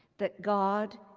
that god,